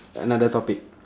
another topic